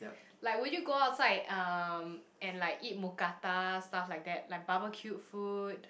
like would you go outside um and like eat Mookata stuff like that like barbecued food